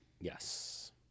Yes